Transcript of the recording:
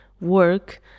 work